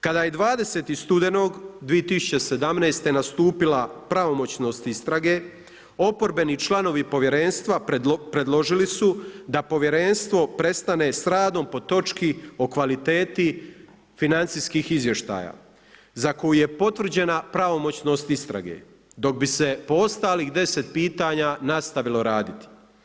Kada je 20. studenog 2017. nastupila pravomoćnost istrage, oporbeni članovi povjerenstva, predložili su da povjerenstvo prestane s radom, po točki o kvaliteti financijskih izvještaja, za koje je potvrđena pravomoćnost istrage, dok bi se po ostalih 10 pitanja nastavilo raditi.